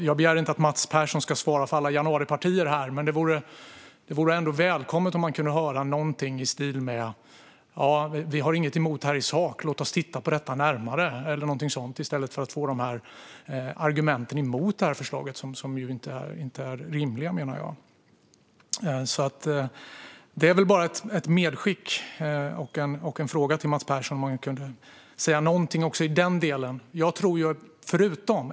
Jag begär inte att Mats Persson ska svara för alla januaripartier, men det vore välkommet att höra något i stil med "vi har inget emot det här i sak; låt oss titta närmare på det" i stället för argument mot det här förslaget som jag menar inte är rimliga. Det är bara ett medskick och en fråga till Mats Persson om han kan säga något också i den delen.